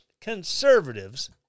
conservatives